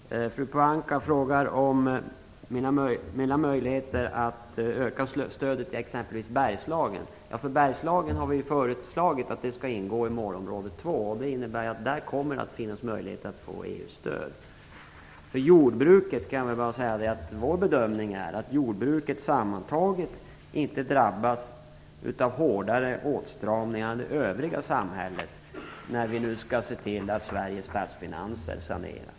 Fru talman! Fru Pohanka frågar om mina möjligheter att öka stödet till exempelvis Bergslagen. Vi har föreslagit att Bergslagen skall ingå i målområde 2. Det innebär att det kommer att finnas möjlighet att få Vår bedömning är att jordbruket sammantaget inte drabbas av hårdare åtstramningar än det övriga samhället när vi nu skall se till att Sveriges statsfinanser saneras.